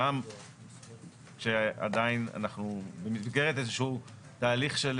גם שאנחנו עדיין במסגרת איזשהו תהליך של